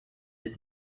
its